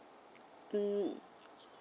mm